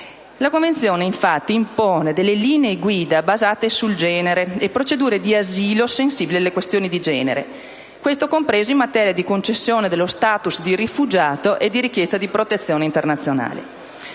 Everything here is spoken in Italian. La Convenzione, infatti, impone linee guida basate sul genere e procedure di asilo sensibili alle questioni di genere anche in materia di concessione dello *status* di rifugiato e di richiesta di protezione internazionale.